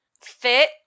fit